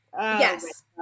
Yes